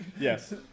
Yes